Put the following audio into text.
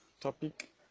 topic